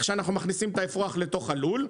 שבו אנחנו מכניסים את האפרוח לתוך הלול,